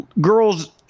girls